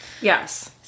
Yes